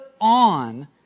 on